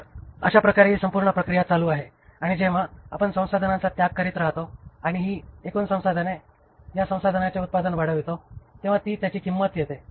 तर अशाप्रकारे ही संपूर्ण प्रक्रिया चालू आहे आणि जेव्हा आपण संसाधनांचा त्याग करीत राहतो आणि ही एकूण संसाधने या संसाधनांचे उत्पादन वाढवितो तेव्हा त्याची किंमत येते